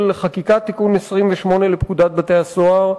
של חקיקת תיקון 28 לפקודת בתי-הסוהר,